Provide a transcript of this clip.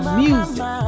music